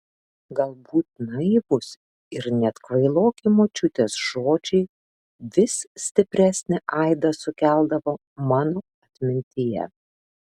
galbūt naivūs ir net kvailoki močiutės žodžiai vis stipresnį aidą sukeldavo mano atmintyje